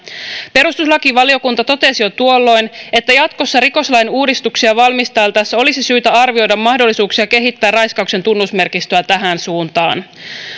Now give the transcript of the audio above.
perustuslakivaliokunta totesi jo tuolloin että jatkossa rikoslain uudistuksia valmisteltaessa olisi syytä arvioida mahdollisuuksia kehittää raiskauksen tunnusmerkistöä tähän suuntaan